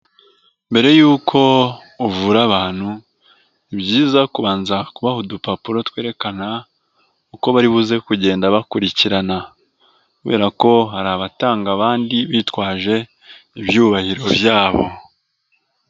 Mbere y'uko uvura abantu ni byiza kubanza kubaha udupapuro twerekana uko bari buze kugenda bakurikirana, kubera ko hari abatanga abandi bitwaje ibyubahiro byabo.